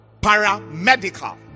Paramedical